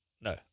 No